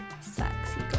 sexy